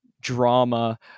drama